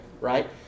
right